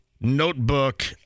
notebook